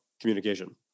communication